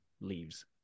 leaves